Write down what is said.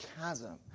chasm